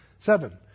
seven